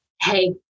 Hey